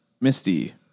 Misty